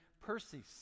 Perseus